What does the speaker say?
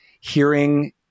hearing